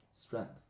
strength